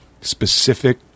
specific